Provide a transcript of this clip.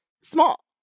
Small